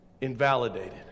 invalidated